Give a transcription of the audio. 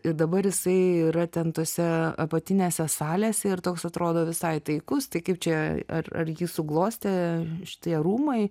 ir dabar jisai yra ten tose apatinėse salėse ir toks atrodo visai taikus tai kaip čia ar ar jį suglostė šitie rūmai